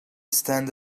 stand